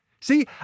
See